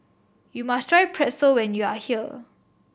you must try Pretzel when you are here